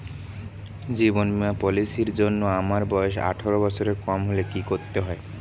জীবন বীমা পলিসি র জন্যে আমার বয়স আঠারো বছরের কম হলে কি করতে হয়?